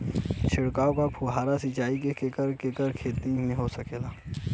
छिड़काव या फुहारा सिंचाई से केकर केकर खेती हो सकेला?